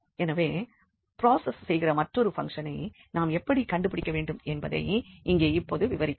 எனவே ப்ராசெஸ் செய்கிற மற்றொரு பங்க்ஷனை நாம் எப்படி கண்டுபிடிக்க வேண்டும் என்பதை இங்கே இப்பொழுது விவரிக்கிறேன்